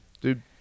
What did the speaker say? Dude